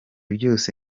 byose